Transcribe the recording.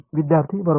विद्यार्थी बरोबर